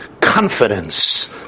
confidence